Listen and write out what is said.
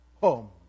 home